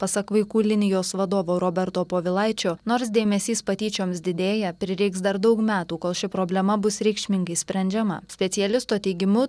pasak vaikų linijos vadovo roberto povilaičio nors dėmesys patyčioms didėja prireiks dar daug metų kol ši problema bus reikšmingai sprendžiama specialisto teigimu